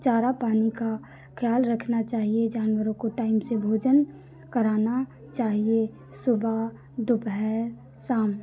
चारा पानी का खयाल रखना चाहिए जानवरों को टाइम से भोजन कराना चाहिए सुबह दोपहर शाम